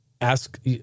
Ask